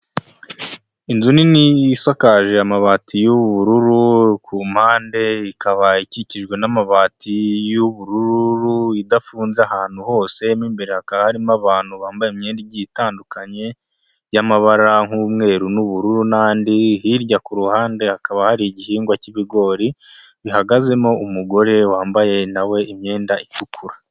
Inzu nini isakaje amabati y'ubururu, ku mpande ikaba ikikijwe n'amabati y'ubururu, idafunze ahantu hose, mu imbere hakaba harimo abantu bambaye imyenda igiye itandukanye y'amabara nk'umweru n'ubururu n'andi, hirya ku ruhande hakaba hari igihingwa cy'ibigori bihagazemo umugore wambaye na we imyenda itukura.